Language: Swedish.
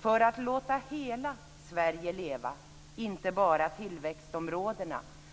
för att låta hela Sverige leva och inte bara tillväxtområdena.